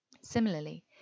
Similarly